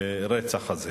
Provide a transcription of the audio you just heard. הרצח הזה.